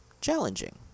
challenging